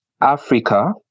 Africa